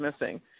missing